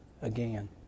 again